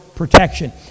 protection